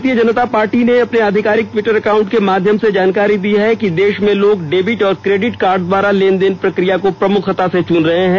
भारतीय जनता पार्टी ने अपने आधिकारिक ट्विटर अकाउंट के माध्यम से जानकारी दी है कि देष में लोग डेबिट और केडिट कार्ड द्वारा लेन देन प्रकिया को प्रमुखता से चुन रहे है